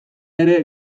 ere